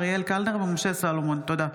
אריאל קלנר ומשה סולומון בנושא: